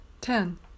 Ten